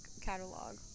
catalog